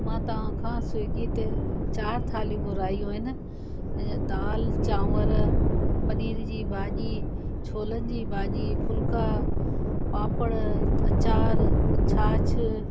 मां तव्हां खां स्विगी ते चारि थाल्हियूं घुरायूं आहिनि ऐं दालि चांवरु पनीर जी भाॼी छोलनि जी भाॼी फुल्का पापड़ अचार छाछ